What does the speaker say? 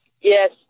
Yes